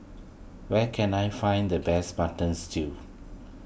where can I find the best Button Stew